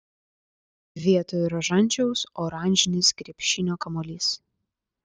vietoj rožančiaus oranžinis krepšinio kamuolys